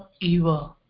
Eva